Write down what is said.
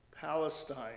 Palestine